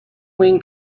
wing